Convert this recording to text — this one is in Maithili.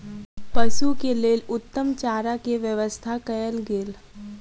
पशु के लेल उत्तम चारा के व्यवस्था कयल गेल